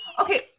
Okay